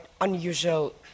unusual